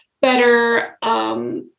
better